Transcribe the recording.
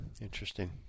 interesting